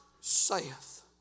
saith